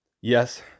yes